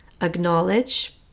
acknowledge